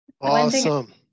Awesome